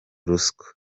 ruswa